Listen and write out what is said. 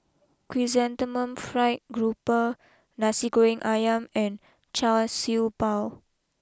Chrysanthemum Fried grouper Nasi Goreng Ayam and Char Siew Bao